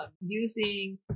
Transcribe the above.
Using